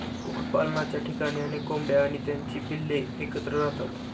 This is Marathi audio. कुक्कुटपालनाच्या ठिकाणी अनेक कोंबड्या आणि त्यांची पिल्ले एकत्र राहतात